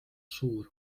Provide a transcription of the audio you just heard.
suur